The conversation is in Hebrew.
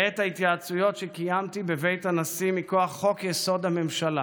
בעת ההתייעצויות שקיימתי בבית הנשיא מכוח חוק-יסוד: הממשלה.